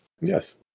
Yes